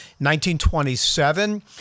1927